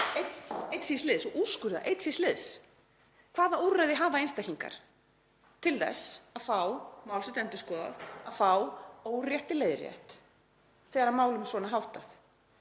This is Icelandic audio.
einn síns liðs og úrskurða einn síns liðs, hvaða úrræði hafa einstaklingar til þess að fá mál sitt endurskoðað, að fá óréttið leiðrétt þegar málum er svona háttað?